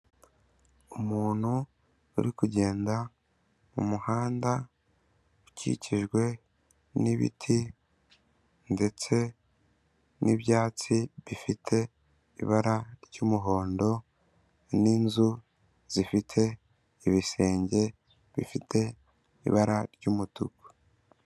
Umuntu ari kugenda mu muhanda, ukikijwe n'ibiti ndetse n'ibyatsi bifite ibara ry'umuhondo n'inzu zifite ibisenge bifite ibara ry'umutuku.